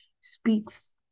speaks